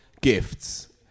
gifts